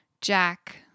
Jack-